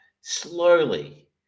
slowly